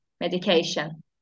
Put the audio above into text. medication